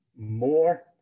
More